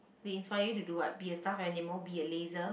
they inspire you to do what be a stuffed animal be a laser